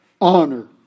honor